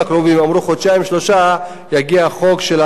אמרו שבעוד חודשיים-שלושה יגיע חוק היערות